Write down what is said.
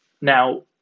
Now